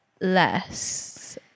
less